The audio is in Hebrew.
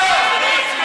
זה יום האישה,